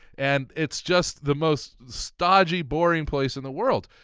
and it's just the most stodgy, boring place in the world.